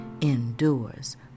endures